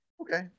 okay